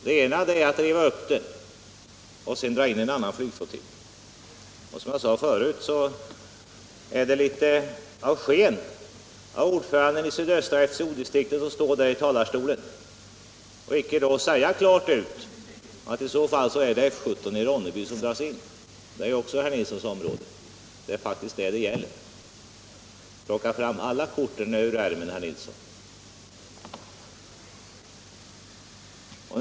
Den ena är att riva upp beslutet och sedan dra in en annan flygflottilj. Som jag tidigare sade är det litet falskt av ordföranden i sydöstra FCO-distriktet att stå i talarstolen och inte säga ut klart att det i så fall är F 17:i Ronneby som dras in. Det är också herr Nilssons område, och det är faktiskt det valet gäller. Plocka fram alla korten ur ärmen, herr Nilsson.